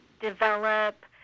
develop